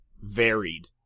varied